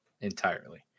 entirely